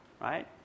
right